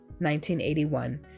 1981